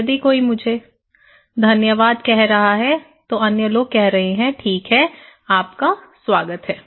यदि कोई मुझे धन्यवाद कह रहा है तो अन्य लोग कह रहे हैं कि ठीक है आपका स्वागत है